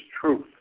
truth